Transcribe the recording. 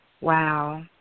Wow